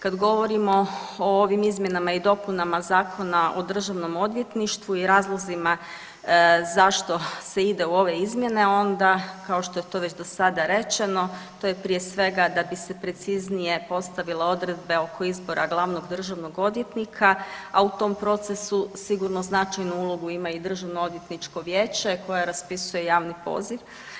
Kad govorimo o ovim izmjenama i dopunama Zakona o državnom odvjetništvu i razlozima zašto se ide u ove izmjene onda kao što je to već do sada rečeno to je prije svega da bi se preciznije postavile odredbe oko izbora glavnog državnog odvjetnika, a u tom procesu sigurno značajnu ulogu ima i DOV koje raspisuje javni poziv.